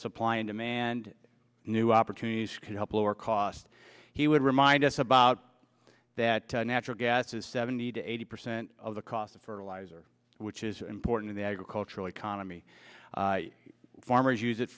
supply and demand new opportunities can help lower cost he would remind us about that natural gas is seventy to eighty percent of the cost of fertilizer which is important in the agricultural economy farmers use it